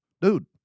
Dude